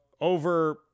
over